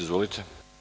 Izvolite.